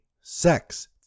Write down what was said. Sex